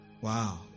Wow